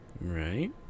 right